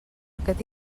aquest